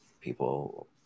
people